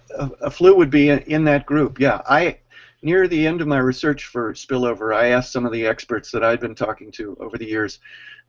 a flu would be in that group. yeah near the end of my research for spillover i asked some of the experts that i'd been talking to over the years